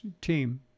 team